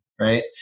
right